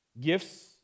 gifts